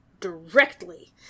directly